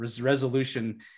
Resolution